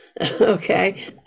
Okay